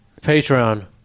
Patreon